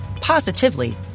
positively